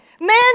man